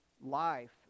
life